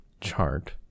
chart